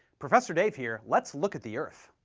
professor dave here, let's look at the earth.